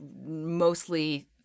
mostly